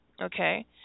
Okay